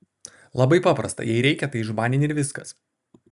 labai paprasta jei reikia tai išbanini ir viskas